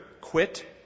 quit